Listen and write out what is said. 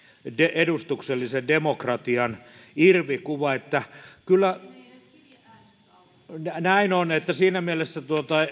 edustuksellisen demokratian irvikuva näin on siinä mielessä